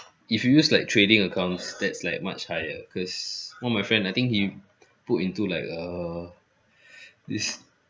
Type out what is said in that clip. if you use like trading accounts that's like much higher cause one of my friend I think he put into like err this